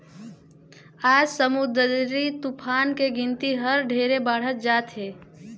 आज समुददरी तुफान के गिनती हर ढेरे बाढ़त जात हे